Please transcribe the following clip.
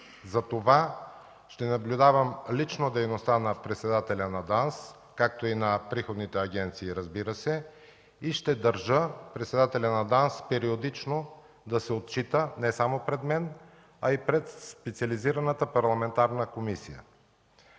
Затова ще наблюдавам лично дейността на председателя на ДАНС, както и на приходните агенции, разбира се, и ще държа председателят на ДАНС периодично да се отчита не само пред мен, а и пред специализираната парламентарна комисия.